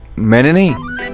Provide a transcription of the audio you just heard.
many